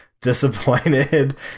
disappointed